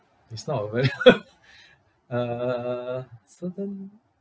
it's not a very err certain